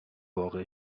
وافع